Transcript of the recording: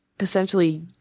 essentially